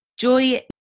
Joy